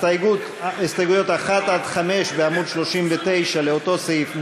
הסתייגויות 1 עד 5 בעמוד 39 לאותו סעיף,